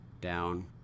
down